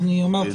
אני אומר,